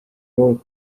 jõulude